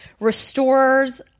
Restores